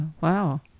wow